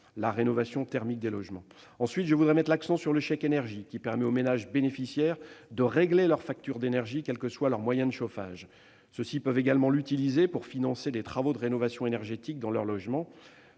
la rénovation thermique des logements. Je voudrais également mettre l'accent sur le chèque énergie, qui permet aux ménages bénéficiaires de régler leur facture d'énergie, quel que soit leur moyen de chauffage. Ceux-ci peuvent également l'utiliser pour financer des travaux de rénovation énergétique dans leur logement.